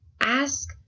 ask